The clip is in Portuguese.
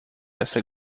essa